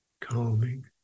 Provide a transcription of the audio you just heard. calming